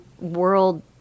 world